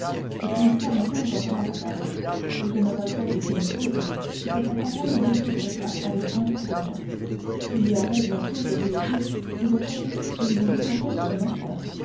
c'est une femme fort remarquable et je ne regrette qu'une chose c'est que sa pareille n'existe pas avec vingt ans de moins il y aurait bientôt je vous le jure une comtesse et une vicomtesse de morcerf